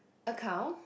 account